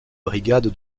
brigade